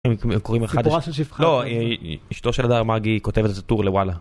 הם קוראים לך סיפורה של שפחה, לא, אשתו של הדר מאגי כותבת את הטור לוואלה